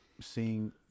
seeing